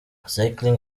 cycling